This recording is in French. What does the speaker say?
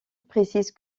précise